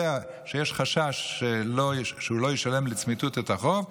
שיש חשש שהוא לא ישלם לצמיתות את החוב,